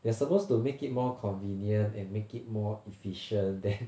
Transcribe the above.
they're supposed to make it more convenient and make it more efficient then